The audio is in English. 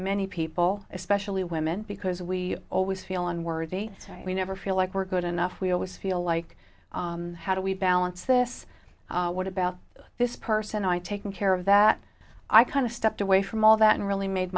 many people especially women because we always feel unworthy so we never feel like we're good enough we always feel like how do we balance this what about this person i taking care of that i kind of stepped away from all that and really made